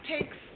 takes